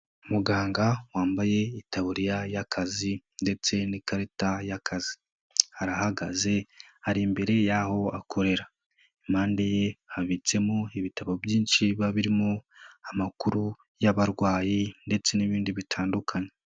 Muganga wambaye itaburiya y'akazi ndetse n'ikarita y'akazi arahagaze ari imbere y'aho akorera, impande ye habitsemo ibitabo byinshi biba birimo amakuru y'abarwayi ndetse n'ibindi bitandukanye.